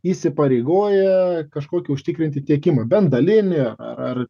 įsipareigoja kažkokį užtikrinti tiekimą bent dalinį ar ar